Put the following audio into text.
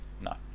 No